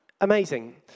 Amazing